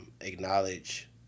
Acknowledge